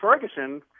Ferguson